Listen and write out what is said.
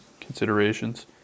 considerations